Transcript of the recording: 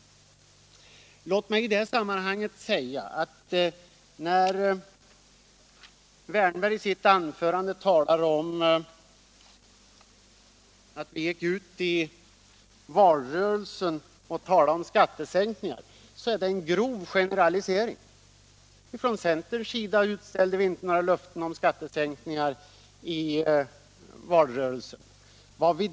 Herr Wärnberg sade i sitt anförande att de borgerliga partierna i valrörelsen lovade skattesänkningar. Det är en grov generalisering. Från centerns sida utställde vi inte några löften om skattesänkningar i valrörelsen.